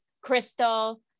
Crystal